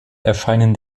erscheinen